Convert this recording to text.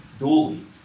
dually